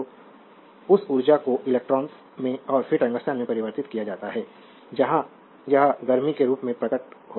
तो उस ऊर्जा को इलेक्ट्रॉन्स में और फिर टंगस्टन में परिवर्तित किया जाता है जहां यह गर्मी के रूप में प्रकट होता है